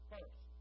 First